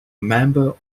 member